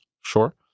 sure